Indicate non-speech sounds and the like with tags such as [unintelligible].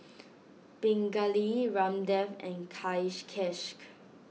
Pingali Ramdev and [unintelligible]